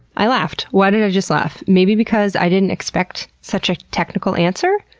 i laughed. why did i just laugh? maybe because i didn't expect such a technical answer?